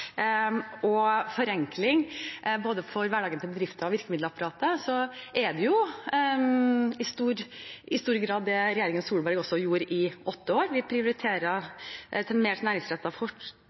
og forenkling både i hverdagen til bedrifter og i virkemiddelapparatet, er det jo i stor grad det regjeringen Solberg også gjorde i åtte år. Vi prioriterte mer til